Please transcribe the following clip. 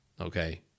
Okay